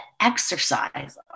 exercise